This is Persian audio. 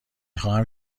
خواهم